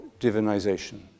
divinization